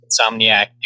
insomniac